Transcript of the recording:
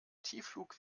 tiefflug